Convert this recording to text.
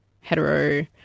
hetero